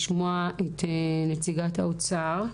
לשמוע את נציגת האוצר,